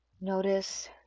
Notice